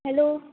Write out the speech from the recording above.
hello